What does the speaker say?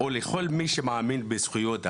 או לכל מי שמאמין בזכויות אדם.